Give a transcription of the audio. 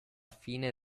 fine